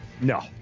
No